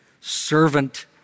servant